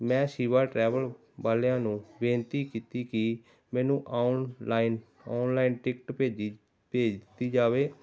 ਮੈਂ ਸ਼ਿਵਾ ਟਰੈਵਲ ਵਾਲਿਆਂ ਨੂੰ ਬੇਨਤੀ ਕੀਤੀ ਕਿ ਮੈਨੂੰ ਔਨਲਾਈਨ ਔਨਲਾਈਨ ਟਿਕਟ ਭੇਜੀ ਭੇਜ ਦਿੱਤੀ ਜਾਵੇ